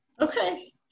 Okay